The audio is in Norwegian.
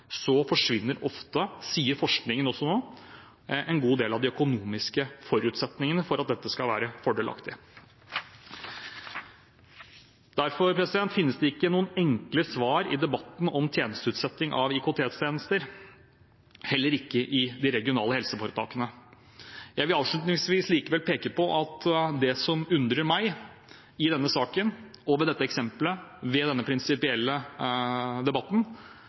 så forsvinner ofte – det sier forskningen også nå – en god del av de økonomiske forutsetningene for at dette skal være fordelaktig. Derfor finnes det ikke noen enkle svar i debatten om utsetting av IKT-tjenester, heller ikke i de regionale helseforetakene. Jeg vil avslutningsvis likevel peke på at det som undrer meg i denne saken, med dette eksemplet og denne prinsipielle debatten,